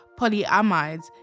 polyamides